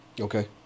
Okay